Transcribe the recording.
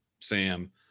Sam